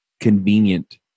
convenient